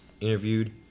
interviewed